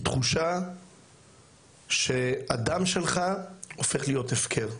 היא תחושה שהדם שלך הופך להיות הפקר,